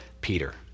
Peter